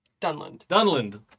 Dunland